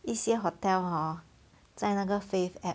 一些 hotel hor 在那个 Fave app